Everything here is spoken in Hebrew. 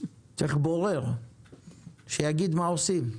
צריך בורר שיגיד מה עושים,